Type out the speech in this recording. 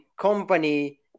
company